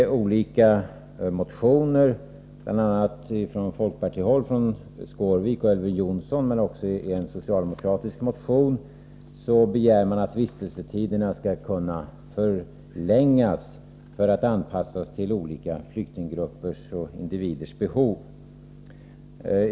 Tolika motioner, bl.a. från folkpartihåll av Kenth Skårvik och Elver Jonsson och också i en socialdemokratisk motion, begärs att vistelsetiderna skall kunna förlängas för att anpassas till olika flyktinggruppers och individers behov.